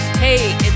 Hey